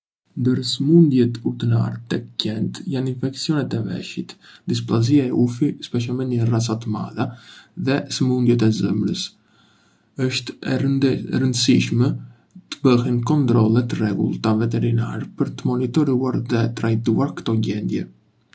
Ndër sëmundjet urdënar tek qentë janë infeksionet e veshit, displazia e ufi, speçjalmendi në racat të madha, dhe sëmundjet e zemrës. Është e rëndësishme të bëhen kontrolle të rregullta veterinare për të monitoruar dhe trajtuar ktò gjendje.